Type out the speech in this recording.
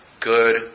good